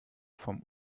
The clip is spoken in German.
vom